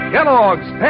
Kellogg's